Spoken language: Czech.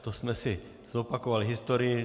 To jsme si zopakovali historii.